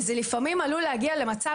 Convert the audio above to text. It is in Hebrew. לפעמים זה עלול להגיע למצב,